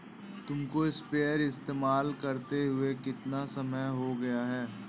तुमको स्प्रेयर इस्तेमाल करते हुआ कितना समय हो गया है?